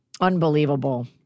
Unbelievable